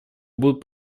будут